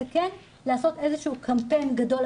כן לעשות איזה שהוא קמפיין גדול.